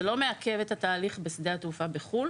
זה לא מעכב את התהליך בשדה התעופה בחוץ לארץ.